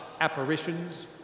apparitions